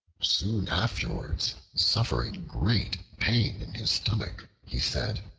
soon afterwards suffering great pain in his stomach, he said,